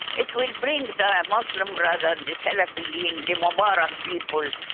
it will bring the muslim brothers, the salafi in, the mubarak people,